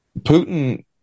putin